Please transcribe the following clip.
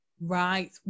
Right